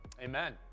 amen